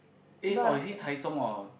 eh or is it Taichung or